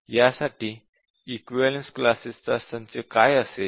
यासाठी equivalence classes चा संच काय असेल